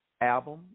album